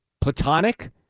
platonic